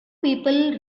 people